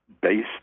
based